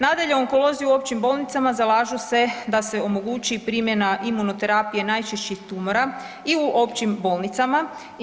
Nadalje, onkolozi u općim bolnicama zalažu se da se omogući primjena imunoterapije najčešćih tumora i u općim bolnicama.